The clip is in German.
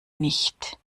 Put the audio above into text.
nicht